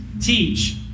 teach